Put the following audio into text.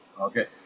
okay